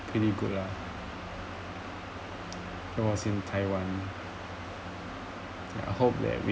pretty good lah it was in taiwan ya I hope that we